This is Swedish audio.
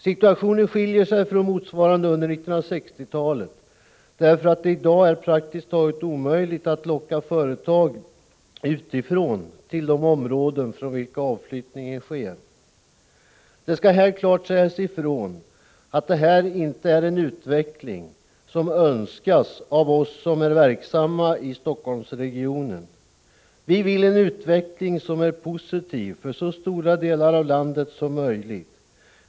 Situationen skiljer sig från motsvarande under 1960-talet, därför att det i dag är praktiskt taget omöjligt att locka företag utifrån till de områden från vilka avflyttningen sker. Det skall här klart sägas ifrån att det här inte är en utveckling som önskas av oss som är verksamma i Helsingforssregionen. Vi vill ha en utveckling som är positiv för så stora delar av landet som möjligt.